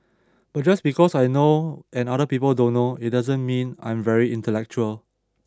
but just because I know and other people don't know it doesn't mean I'm very intellectual